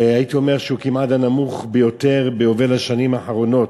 והייתי אומר שהוא כמעט הנמוך ביותר ביובל השנים האחרונות,